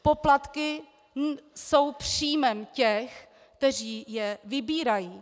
Poplatky jsou příjmem těch, kteří je vybírají.